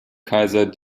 kaiser